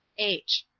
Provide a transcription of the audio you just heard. h.